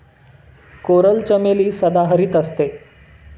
coral चमेली सदाहरित असते